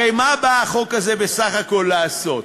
הרי מה בא החוק הזה בסך הכול לעשות?